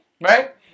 Right